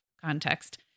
context